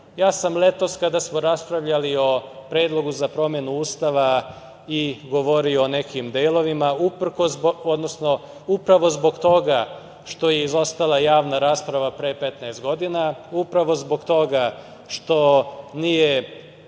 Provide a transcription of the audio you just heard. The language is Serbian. to. Ja sam letos kada smo raspravljali o Predlogu za promenu Ustava i govorio o nekim delovima uprkos, odnosno upravo zbog toga što je izostala javna rasprava pre 15 godina, upravo zbog toga što nije